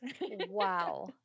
Wow